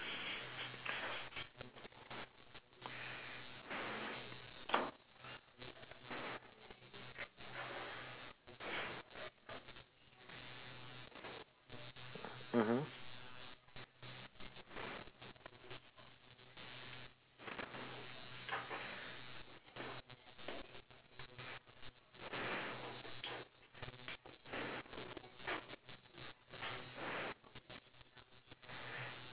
mmhmm